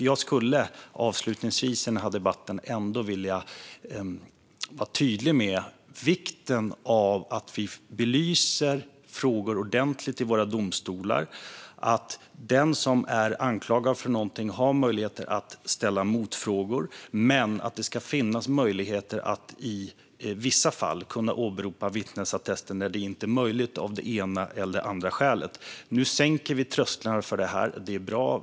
Jag skulle avslutningsvis i den här debatten vilja vara tydlig med vikten av att vi belyser frågor ordentligt i våra domstolar. Den som är anklagad för någonting ska ha möjlighet att ställa motfrågor, men det ska också finnas möjlighet att i vissa fall åberopa vittnesattester när detta inte är möjligt av det ena eller andra skälet. Nu sänker vi trösklarna för detta, och det är bra.